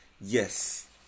yes